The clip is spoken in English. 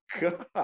god